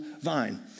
vine